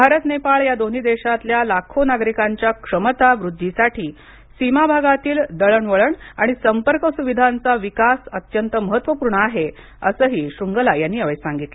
भारत नेपाळ या दोन्ही देशातल्या लाखो नागरिकांच्या क्षमता वृद्वीसाठी सीमा भागातील दळणवळण आणि संपर्क सुविधांचा विकास अत्यंत महत्त्वपूर्ण आहे असही द श्रुन्गला यांनी यावेळी सांगितलं